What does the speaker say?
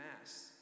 mass